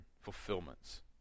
fulfillments